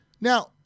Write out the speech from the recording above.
Now